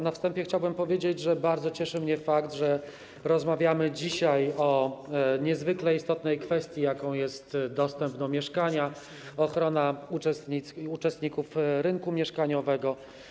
Na wstępie chciałbym powiedzieć, że bardzo cieszy mnie fakt, że rozmawiamy dzisiaj o niezwykle istotnej kwestii, jaką jest dostęp do mieszkania, ochrona uczestników rynku mieszkaniowego.